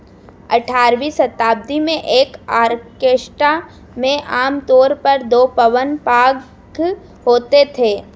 अठारवीं शताब्दी में एक ऑर्केस्ट्रा में आमतौर पर दो पवन वाद्य होते थे